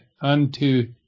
unto